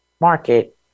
market